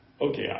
Okay